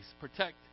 protect